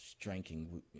drinking